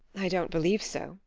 i don't believe so.